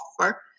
offer